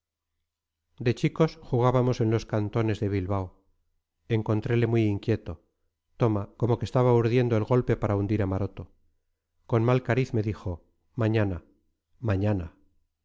de chicos jugábamos en los cantones de bilbao encontrele muy inquieto toma como que estaba urdiendo el golpe para hundir a maroto con mal cariz me dijo mañana mañana